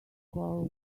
call